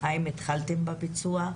והאם התחלתם בביצוע.